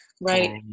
right